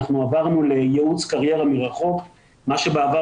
אנחנו עברנו לייעוץ קריירה מרחוק מה שבעבר